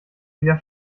wieder